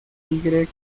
tigre